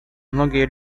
многие